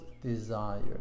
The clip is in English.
desire